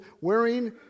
wearing